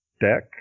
deck